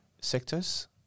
sectors